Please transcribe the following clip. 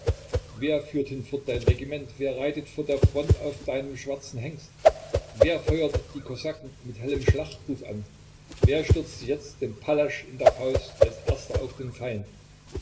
wer führt hinfort dein regiment wer reitet vor der front auf deinem schwarzen hengst wer feuert die kosaken mit hellem schlachtruf an wer stürzt sich jetzt den pallasch in der faust als erster auf den feind